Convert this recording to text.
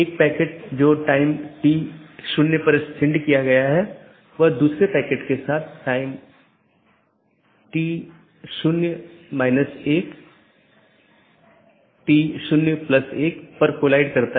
इसलिए समय समय पर जीवित संदेश भेजे जाते हैं ताकि अन्य सत्रों की स्थिति की निगरानी कर सके